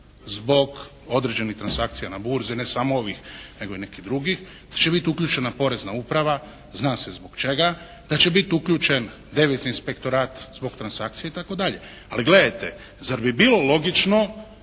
zbog određenih transakcija na burzi, ne samo ovih nego i nekih drugih, da će biti uključena Porezna uprava zna se zbog čega, da će biti uključen devizni inspektorat zbog transakcije itd. Ali gledajte, zar bi bilo logično